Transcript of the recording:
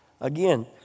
Again